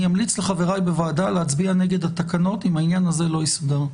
אני אמליץ לחבריי בוועדה להצביע נגד התקנות אם העניין הזה לא יסודר.